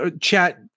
chat